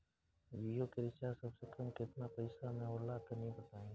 जियो के रिचार्ज सबसे कम केतना पईसा म होला तनि बताई?